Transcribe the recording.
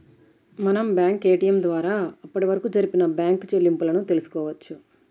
మనం bank ATM ద్వారా అప్పటివరకు జరిపిన బ్యేంకు చెల్లింపులను తెల్సుకోవచ్చు